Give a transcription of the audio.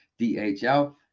DHL